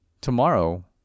tomorrow